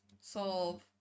solve